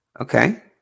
okay